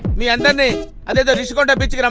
the and and and the rishikonda beach. you know